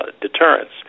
deterrence